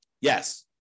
Yes